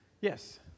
Yes